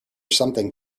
something